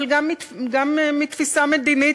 אבל גם מתפיסה מדינית,